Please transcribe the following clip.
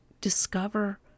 discover